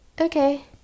okay